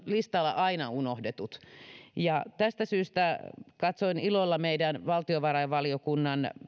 listalla aina unohdetut tästä syystä katsoin ilolla meidän valtiovarainvaliokunnan